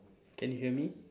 can you hear me